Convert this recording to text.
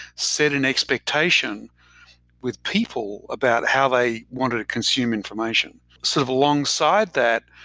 set an expectation with people about how they wanted to consume information. sort of alongside that,